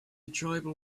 tribal